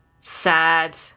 Sad